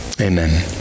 amen